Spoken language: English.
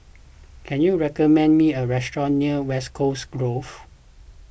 can you recommend me a restaurant near West Coast Grove